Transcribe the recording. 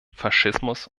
faschismus